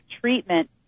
treatment